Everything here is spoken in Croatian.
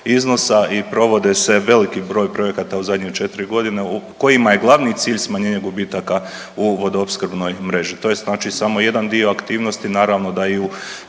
iznosa i provode se, veliki broj projekata u zadnjih četiri godine kojima je glavni cilj smanjenje gubitaka u vodoopskrbnoj mreži. To je znači samo jedan dio aktivnosti. Naravno da i u